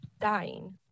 dying